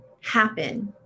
happen